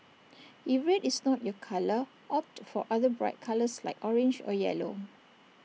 if red is not your colour opt for other bright colours like orange or yellow